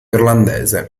irlandese